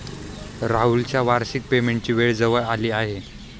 राहुलच्या वार्षिक पेमेंटची वेळ जवळ आली आहे